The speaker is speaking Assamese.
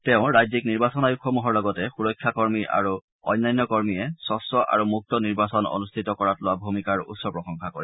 তেওঁ ৰাজ্যিক নিৰ্বাচন আয়োগসমূহৰ লগতে সুৰক্ষা কৰ্মী আৰু অন্যান্য কৰ্মীয়ে স্বচ্ছ আৰু মুক্ত নিৰ্বাচন অনুষ্ঠিত কৰাত লোৱা ভ়মিকাৰে উচ্চ প্ৰশংসা কৰে